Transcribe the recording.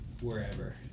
wherever